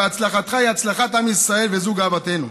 והצלחתך היא הצלחת עם ישראל וזו גאוותנו.